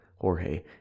jorge